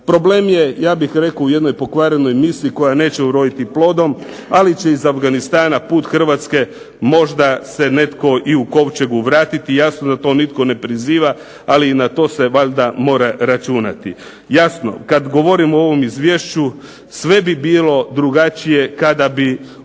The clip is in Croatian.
Problem je ja bih rekao u jednoj pokvarenoj misiji koja neće uroditi plodom, ali će iz Afganistana put Hrvatske možda se netko i u kovčegu vratiti. Jasno da to nitko ne priziva, ali i na to se valjda mora računati. Jasno, kad govorimo o ovom izvješću sve bi bilo drugačije kada bi u